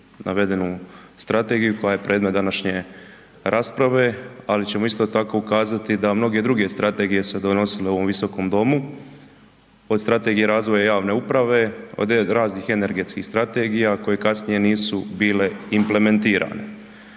navedenu strategiju koja je predmet današnje rasprave, ali ćemo isto tako ukazati da mnoge druge strategije su se donosile u ovom visokom domu, od Strategije razvoja javne uprave, od raznih energetskih strategija koje kasnije nisu bile implementirane.